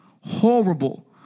Horrible